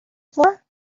floor